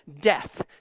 death